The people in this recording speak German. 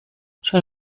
schon